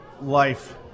life